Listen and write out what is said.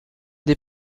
des